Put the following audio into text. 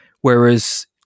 whereas